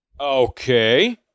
Okay